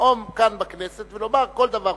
לנאום כאן בכנסת ולומר כל דבר,